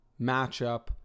matchup